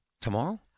Tomorrow